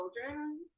children